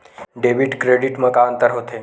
Debit credit मा का अंतर होत हे?